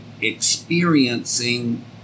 experiencing